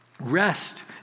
Rest